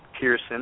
Pearson